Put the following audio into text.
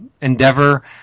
endeavor